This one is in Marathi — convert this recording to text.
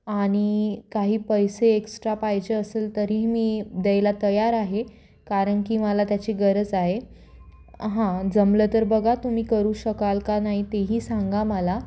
आणि काही पैसे एक्स्ट्रा पाहिजे असेल तरीही मी द्यायला तयार आहे कारण की मला त्याची गरज आहे हां जमलं तर बघा तुम्ही करू शकाल का नाही तेही सांगा मला